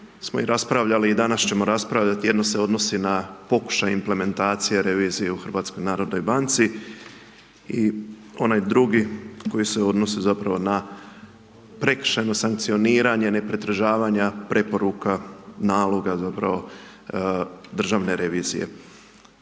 smo i raspravljali i danas ćemo raspravljati, jedna se odnosi na pokušaj implementacije revizije u HNB-u i onaj drugi koji se odnosi zapravo na prekršajno sankcioniranje nepridržavanja preporuka, naloga zapravo Državne revizije.